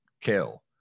kill